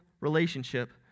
relationship